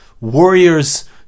warriors